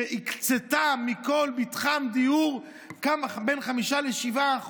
שהקצתה מכל מתחם דיור בין 5% ל-7%